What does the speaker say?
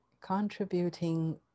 contributing